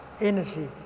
energy